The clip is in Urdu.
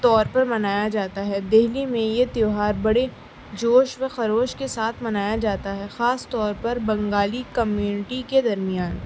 طور پر منایا جاتا ہے دہلی میں یہ تہوار بڑے جوش و خروش کے ساتھ منایا جاتا ہے خاص طور پر بنگالی کمیونٹی کے درمیان